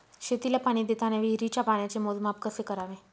शेतीला पाणी देताना विहिरीच्या पाण्याचे मोजमाप कसे करावे?